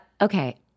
okay